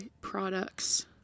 products